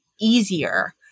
easier